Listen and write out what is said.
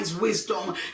wisdom